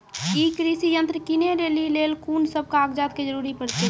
ई कृषि यंत्र किनै लेली लेल कून सब कागजात के जरूरी परतै?